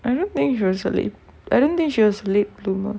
I don't think it's usually I don't think she was late bloomer